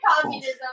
communism